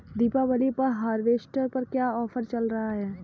दीपावली पर हार्वेस्टर पर क्या ऑफर चल रहा है?